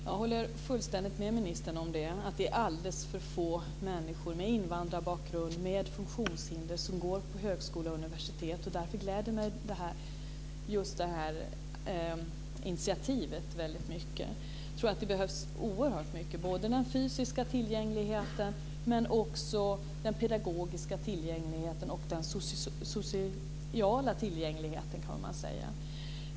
Jag håller fullständigt med ministern om att det är alldeles för få människor med invandrarbakgrund och med funktionshinder som går på högskolor och universitet. Därför gläder mig det här initiativet mycket. Jag tror att både den fysiska tillgängligheten, den pedagogiska tillgängligheten och den sociala tillgängligheten behövs.